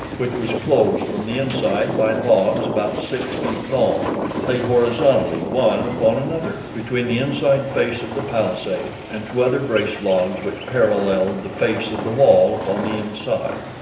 which was closed from the inside by logs about six feet long laid horizontally, one upon another, between the inside face of the palisade and two other braced logs which paralleled the face of the wall upon the inside.